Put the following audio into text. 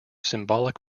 symbolic